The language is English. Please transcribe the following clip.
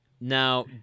Now